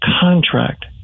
contract